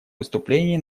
выступлении